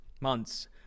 months